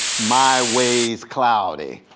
my way is cloudy,